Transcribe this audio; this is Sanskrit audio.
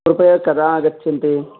कृपया कदा आगच्छतु